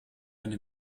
eine